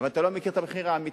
אבל אתה לא מכיר את המחיר האמיתי.